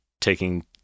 taking